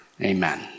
amen